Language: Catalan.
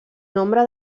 nombre